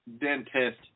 dentist